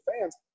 fans